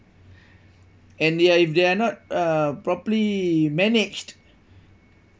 and ya if they are not uh properly managed